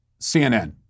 CNN